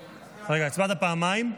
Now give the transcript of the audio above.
רגע, הצבעת פעמיים?